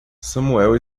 samuel